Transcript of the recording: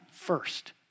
first